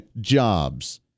jobs